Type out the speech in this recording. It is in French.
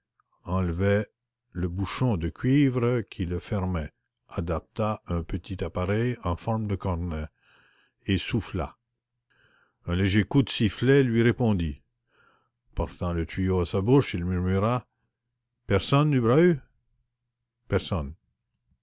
enleva le bouchon de cuivre qui le fermait adapta un petit appareil en forme de cornet et souffla un léger coup de sifflet lui répondit portant le tuyau à sa bouche il murmura personne personne